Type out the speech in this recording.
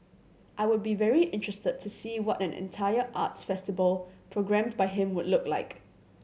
I would be very interested to see what an entire arts festival programmed by him would look like